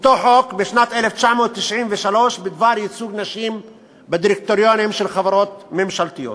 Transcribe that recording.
אותו חוק בשנת 1993 בדבר ייצוג נשים בדירקטוריונים של חברות ממשלתיות.